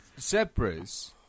Zebras